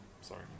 Sorry